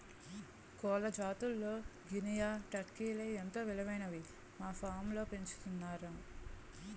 కోళ్ల జాతుల్లో గినియా, టర్కీలే ఎంతో విలువైనవని మా ఫాంలో పెంచుతున్నాంరా